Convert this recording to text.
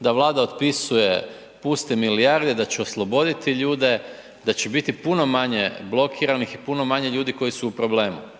da Vlada otpisuje puste milijarde, da će osloboditi ljude, da će biti puno manje blokiranih i puno manje ljudi koji su u problemu.